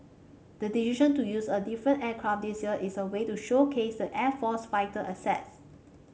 the decision to use a different aircraft this year is a way to showcase the air force fighter assets